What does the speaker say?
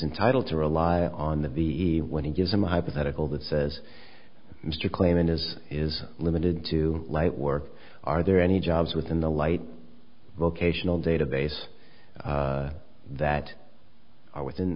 entitled to rely on the ve when he gives them a hypothetical that says mr klayman has is limited to light work are there any jobs within the light vocational database that are within